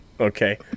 Okay